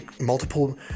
multiple